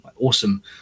awesome